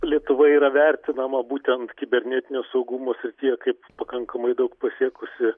lietuva yra vertinama būtent kibernetinio saugumo srityje kaip pakankamai daug pasiekusi